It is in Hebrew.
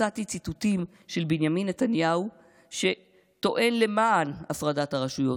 מצאתי ציטוטים של בנימין נתניהו שטוען למען הפרדת הרשויות,